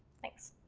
thanks!